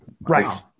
Right